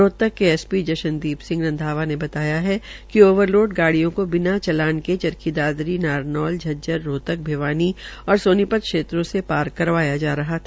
रोहतक के एसपी जशनदीप सिंह रंधावा ने बताया है कि ओवरलोड गाड़ियों को बिना चालान के चरखीदादरी नारनौल झज्जर रोहतक भिवानी और सोनीपत क्षेत्रों से पार करवाया जा रहा था